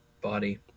body